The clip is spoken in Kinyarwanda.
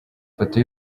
ifoto